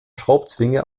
schraubzwinge